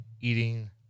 eating